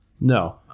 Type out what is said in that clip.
No